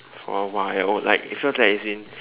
for a while it feels like it's been